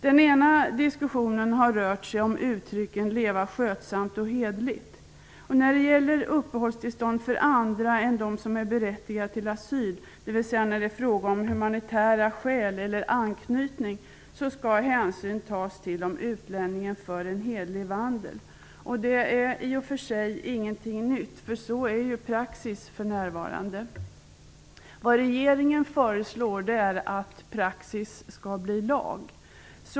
Den ena diskussionen har rört sig om uttrycken leva skötsamt och hederligt. När det gäller uppehållstillstånd för andra än för dem som är berättigade till asyl, dvs. när det kan vara fråga om humanitära skäl eller anknytning, skall hänsyn tas till om utlänningen för en hederlig vandel. Det är i och för sig ingenting nytt, för så är ju praxis för närvarande. Vad regeringen föreslår är att praxis skall bli lag.